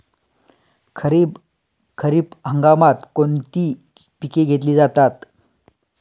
खरीप हंगामात कोणती पिके घेतली जातात?